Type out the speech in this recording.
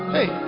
Hey